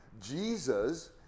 Jesus